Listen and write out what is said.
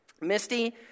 Misty